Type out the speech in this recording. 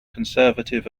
conservative